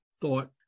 thought